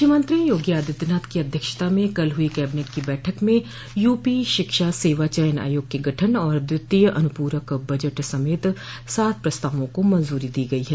मुख्यमंत्री योगी आदित्यनाथ की अध्यक्षता में कल हुई कैबिनेट की बैठक में यूपी शिक्षा सेवा चयन आयोग के गठन और द्वितीय अनुपूरक बजट समेत सात प्रस्तावों को मंजूरी दी गई है